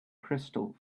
crystal